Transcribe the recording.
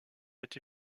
été